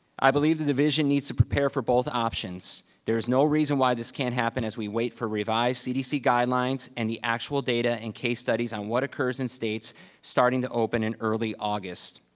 i believe the division needs to prepare for both options. there is no reason why this can't happen as we wait for revised cdc guidelines and the actual data and case studies on what occurs in states starting to open in early august.